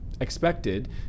expected